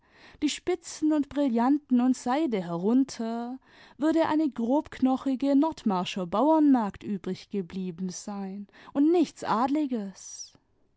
die spitzen und brillanten und seide herunter würde eine grobknochige nordmarscher bauernmagd übrig geblieben sein und nichts adliges